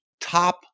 top